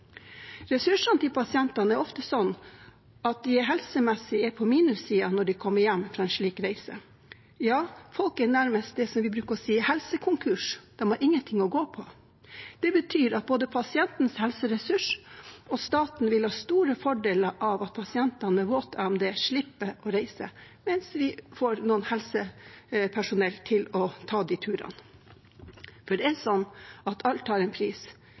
Ressursene til pasientene er ofte sånn at de helsemessig er på minussiden når de kommer hjem fra en slik reise. Ja, folk er nærmest det som vi bruker å kalle helsekonkurs – de har ingenting å gå på. Det betyr at både pasientens helseressurs og staten vil ha store fordeler av at pasienter med våt AMD slipper å reise, mens vi får noen helsepersonell til å ta de turene. For